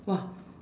!wah!